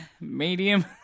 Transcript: medium